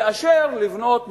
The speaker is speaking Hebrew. מאשר לבניית מפעלים,